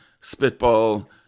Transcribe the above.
spitball